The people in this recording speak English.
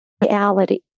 reality